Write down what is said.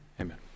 Amen